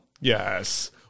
Yes